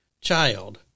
child